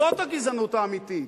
זאת הגזענות האמיתית,